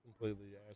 Completely